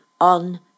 on